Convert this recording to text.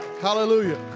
Hallelujah